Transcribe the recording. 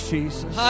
Jesus